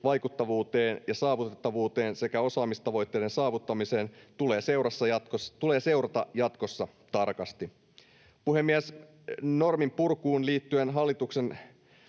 vaikuttavuuteen ja saavutettavuuteen sekä osaamistavoitteiden saavuttamiseen tulee seurata jatkossa tarkasti. Puhemies! Norminpurkuun liittyen hallituksen